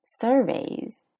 surveys